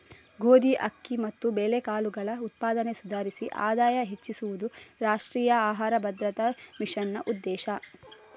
ಗೋಧಿ, ಅಕ್ಕಿ ಮತ್ತು ಬೇಳೆಕಾಳುಗಳ ಉತ್ಪಾದನೆ ಸುಧಾರಿಸಿ ಆದಾಯ ಹೆಚ್ಚಿಸುದು ರಾಷ್ಟ್ರೀಯ ಆಹಾರ ಭದ್ರತಾ ಮಿಷನ್ನ ಉದ್ದೇಶ